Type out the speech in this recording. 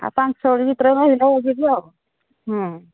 ଆଉ ପାଞ୍ଚ ଓଳି ଭିତରେ ରହିକି ଯିବି ହଁ